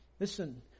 Listen